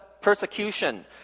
persecution